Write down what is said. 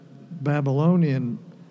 Babylonian